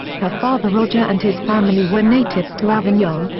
her father roger and his family were native to avignon,